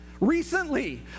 Recently